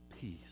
peace